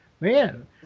man